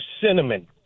cinnamon